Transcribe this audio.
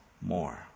more